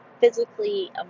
physically